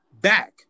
back